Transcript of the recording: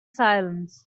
silence